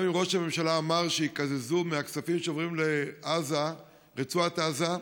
גם אם ראש הממשלה אמר שיקזזו מהכספים שעוברים לרצועת עזה,